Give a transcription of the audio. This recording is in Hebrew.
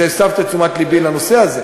שהסבת את תשומת לבי לנושא הזה.